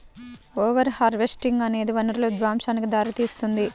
over harvesting అనేది వనరుల విధ్వంసానికి దారితీస్తుంది